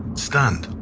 stunned,